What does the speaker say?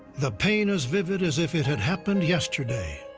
the pain as vivid as if it had happened yesterday.